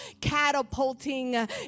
catapulting